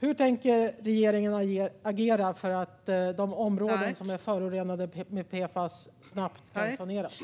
Hur tänker regeringen agera för att de områden som är förorenade med PFAS snabbt ska kunna saneras?